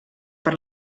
per